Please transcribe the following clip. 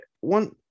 one